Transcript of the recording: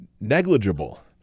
negligible